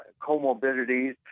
comorbidities